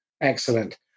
Excellent